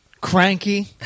cranky